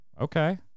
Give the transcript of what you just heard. Okay